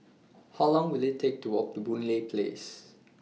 How Long Will IT Take to Walk to Boon Lay Place